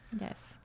Yes